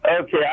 Okay